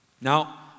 Now